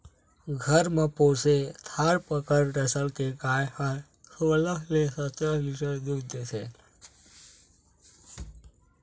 घर म पोसे थारपकर नसल के गाय ह सोलह ले सतरा लीटर दूद देथे